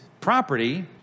property